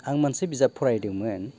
आं मोनसे बिजाब फरायदोंमोन